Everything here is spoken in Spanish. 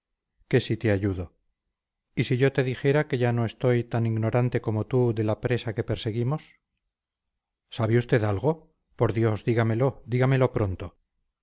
que si te ayudo y si yo te dijera que ya no estoy tan ignorante como tú de la presa que perseguimos sabe usted algo por dios dígamelo dígamelo pronto